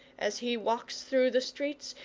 as he walks through the streets,